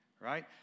right